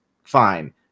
Fine